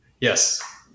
Yes